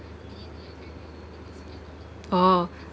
oh